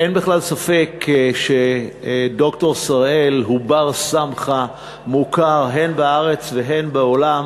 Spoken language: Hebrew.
אין בכלל ספק שד"ר שראל הוא בר-סמכא מוכר הן בארץ והן בעולם